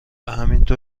همینطور